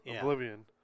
Oblivion